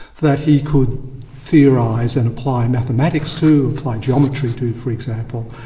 that he could theorise and apply mathematics to, apply geometry to for example,